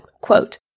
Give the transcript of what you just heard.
Quote